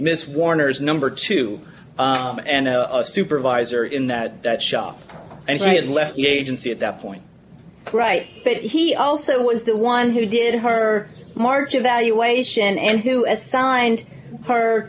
miss warner's number two and a supervisor in that that shop and he had left the agency at that point right but he also was the one who did her march evaluation and who as signed her